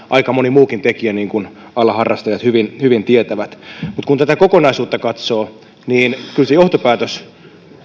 aika moni muukin tekijä niin kuin alan harrastajat hyvin hyvin tietävät mutta kun tätä kokonaisuutta katsoo niin kyllä se johtopäätös